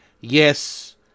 Yes